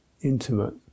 intimate